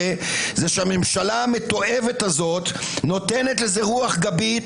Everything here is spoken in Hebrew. שהממשלה המתועבת הזו נותנת לזה רוח גנית